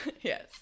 Yes